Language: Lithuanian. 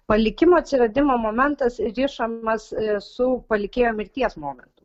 palikimo atsiradimo momentas rišamas su palikėjo mirties momentu